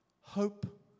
hope